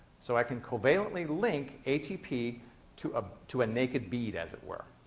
so i can covalently link atp to ah to a naked bead, as it were.